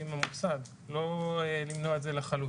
עם המוסד ולא למנוע את זה לחלוטין.